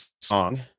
song